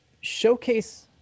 showcase